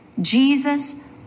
Jesus